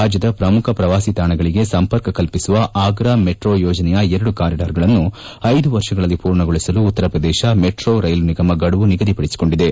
ರಾಜ್ಯದ ಪ್ರಮುಖ ಪ್ರವಾಸಿ ತಾಣಗಳಿಗೆ ಸಂಪರ್ಕ ಕಲ್ಪಿಸುವ ಆಗ್ತಾ ಮೆಟ್ರೋ ಯೋಜನೆಯ ಎರಡು ಕಾರಿಡಾರ್ಗಳನ್ನು ಐದು ವರ್ಷಗಳಲ್ಲಿ ಪೂರ್ಣಗೊಳಿಸಲು ಉತ್ತರ ಪ್ರದೇಶ ಮೆಟ್ರೋ ರೈಲು ನಿಗಮ ಗಡುವು ನಿಗದಿಪಡಿಸಿಕೊಂಡಿದೆ